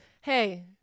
Hey